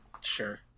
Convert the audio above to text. Sure